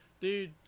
Dude